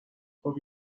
خوب